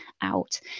out